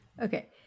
Okay